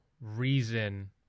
reason